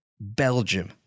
Belgium